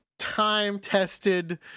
Time-tested